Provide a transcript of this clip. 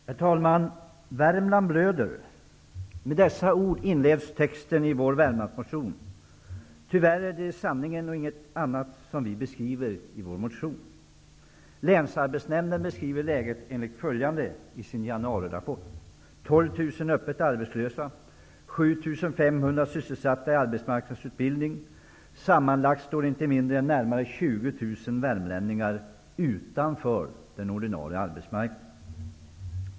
Herr talman! Värmland blöder. Med dessa ord inleds texten i vår Värmlandsmotion. Tyvärr är det sanningen och ingenting annat som vi beskriver i vår motion. Länsarbetsnämnden beskriver läget enligt följande i sin januarirapport: 12 000 öppet arbetslösa, 7 500 sysselsatta i arbetmarknadsutbildning. Sammanlagt står inte mindre än närmare 20 000 värmlänningar utanför den ordinarie arbetsmarknaden.